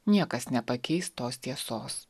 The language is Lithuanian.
niekas nepakeis tos tiesos